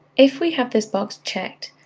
if we have this box checked,